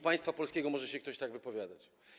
państwa polskiego może się ktoś tak wypowiadać.